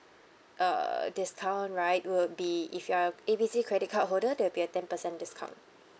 uh discount right will be if you are A B C credit card holder there will be a ten percent discount